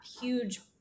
huge